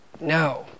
No